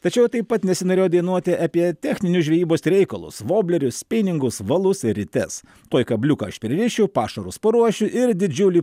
tačiau taip pat nesinorėjo dainuoti apie techninius žvejybos reikalus voblerius spiningus valus rites tuoj kabliuką aš pririšiu pašarus paruošiu ir didžiulį